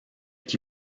qui